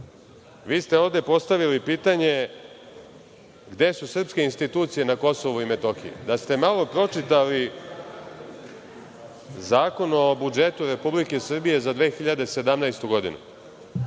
ste ovde postavili pitanje, gde su srpske institucije na KiM? Da ste malo pročitali Zakon o budžetu Republike Srbije za 2017. godinu,